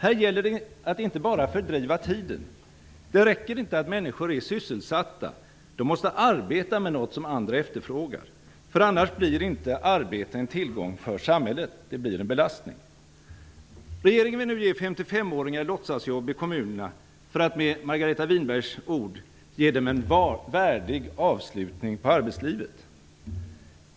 Det gäller inte att bara fördriva tiden. Det räcker inte med att människor är sysselsatta. De måste också arbeta med något som andra efterfrågar, för annars blir inte arbete en tillgång för samhället. I stället blir det en belastning. Regeringen vill nu ge 55-åringar låtsasjobb i kommunerna för att, med Margareta Winbergs ord, ge dem en värdig avslutning på arbetslivet.